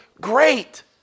great